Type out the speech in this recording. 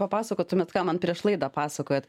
papasakotumėt ką man prieš laidą pasakojot